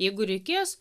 jeigu reikės